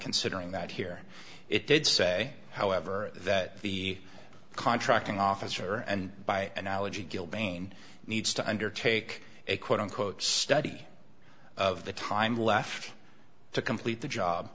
considering that here it did say however that the contracting officer and by analogy gill bain needs to undertake a quote unquote study of the time left to complete the job